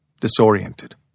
disoriented